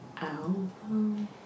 album